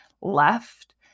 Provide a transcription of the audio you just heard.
left